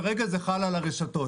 כרגע זה חל על הרשתות.